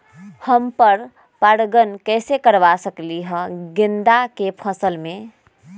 हम पर पारगन कैसे करवा सकली ह गेंदा के फसल में?